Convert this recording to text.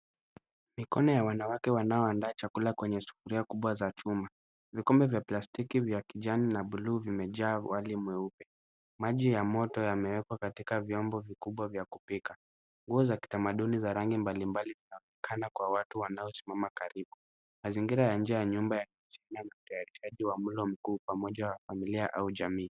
Mikono ya wanawake wanaoandaa chakula kwenye sufuria kubwa za chuma. Vikombe vya plastiki vya kijani na buluu vimejaa wali mweupe. Maji ya moto yameekwa katika vyombo vikubwa vya kupika. Nguo za kitamaduni za rangi mbalimbali zinaonekana kwa watu wanaosimama karibu. Mazingira ya nje ya nyumba yanaashiria utayarishaji wa mlo mkuu pamoja wa familia au jamii.